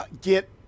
get